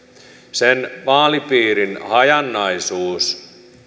sen vaalipiirin hajanaisuus